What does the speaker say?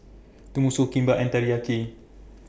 Tenmusu Kimbap and Teriyaki